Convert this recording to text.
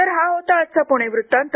तर हा होता आजचा पुणे वृत्तांत